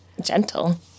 gentle